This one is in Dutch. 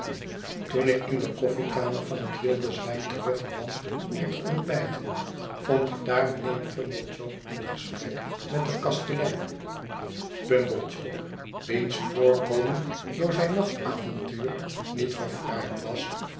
toen ik in de koffiekamer van het wilde zwijn terugkwam om te ontbijten vond ikdaarmijnheer pumblechook in gesprek met den kastelein pumblechook wiens voorkomen door zijn nachtavontuur niet verfraaid was